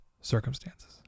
circumstances